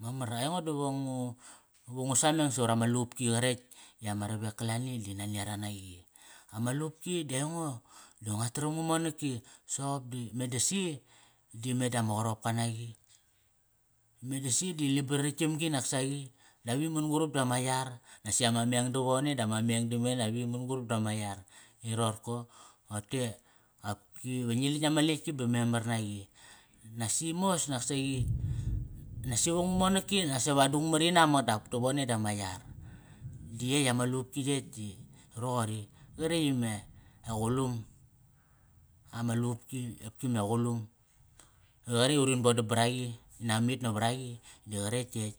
Mamar aingo diva ngu, va ngu sameng savarama lupki qaretk i ama ravek kalani di nania ra noqi. Ama lupki di aingo di ngua taramngu monak ki. Soqop di meda si, di meda ma qaropka naqi naqi. Meda si di libar ritkam gi naksaqi. Dap i man-gurap di ama yar, nasi ama meng davone dama meng damene dap i man-gurap di ama yar. I roqorko? Rote qopki va ngil ditk nama letk ki ba memar naqi. Nasi mos naksaqi, nasi va ngu monaki nasaqi va dungmat inamak dap tavone dama yar. Di yey ama lupki yetk ti roqori. Qaretk ime, e qulum, ama lupki, qopki me qulum. I roqori urin bodam baraqi nama mit navaraqi di qaretk yetk.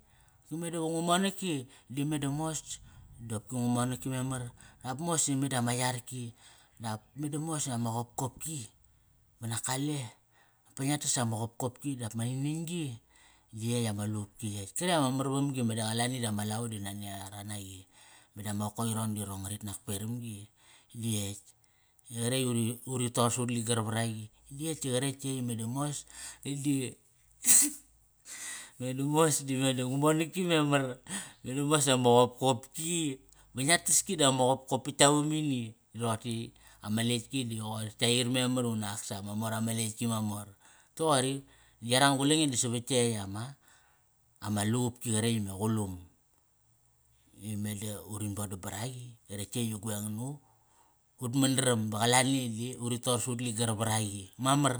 Meda va ngu monaki, di meda mos da opki ngu monaki memar, dap mos da meda ma yarki. Dap meda mos dama qopkopki. Ba nak kale, pa ngia tas tama qopkopki dap ma ningning-gi. Di yey ama lupki yetk. Karetk ama mar vamgi meda qalani dama lavo nani ara naqi. Meda ma qokok irong di irong ngarit nak peram gi. Di yetk, qaretk i uri, uri tor sa ut ligar varaqi. Di yetk ti qaretk yey i meda mos di meda mos di meda ngu monak ki memar, meda mos dama qopkopki. Ve ngia taski dama qopkop pat tka vam ini. I roqote i ama letk ki di qoir tka ir memar unak sa ma mor ama letk ki mamor. Toqori, di yaranga gu lange di savat ama, ama lupki qaretk ime qulun. I meda urin bodam baraqi qaretk yey i yi gueng na, ut mandaram ba qalani di uri tor sa ut ligar varaqi. Mamar,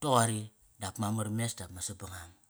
toqori. Dap mamar mes dap ma sabangang.